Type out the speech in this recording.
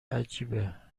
عجیبه